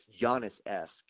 Giannis-esque